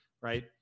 right